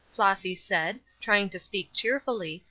flossy said, trying to speak cheerfully,